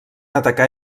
atacar